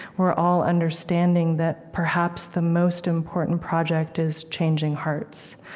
we're all understanding that perhaps the most important project is changing hearts,